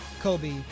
Kobe